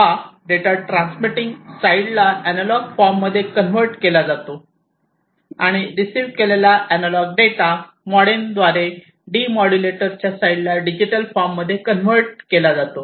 हा data transmitting साईडला analogue फॉर्ममध्ये कन्व्हर्ट केला जातो आणि रिसीव्ह केलेला एनालॉग डेटा मोडेम द्वारा डिमोड्यूलेटरच्या साईडला डिजिटल फॉर्म मध्ये कन्व्हर्ट केला जातो